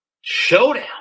showdown